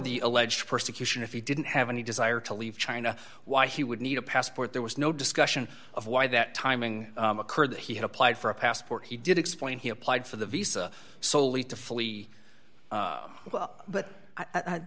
the alleged persecution if he didn't have any desire to leave china why he would need a passport there was no discussion of why that timing occurred that he had applied for a passport he did explain he applied for the visa solely to flee but